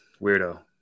weirdo